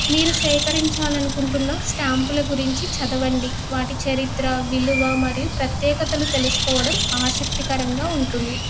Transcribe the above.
మీరు సేకరించాలనుకుంటున్న స్టాంపుల గురించి చదవండి వాటి చరిత్ర విలువ మరియు ప్రత్యేకతలు తెలుసుకోవడం ఆసక్తికరంగా ఉంటుంది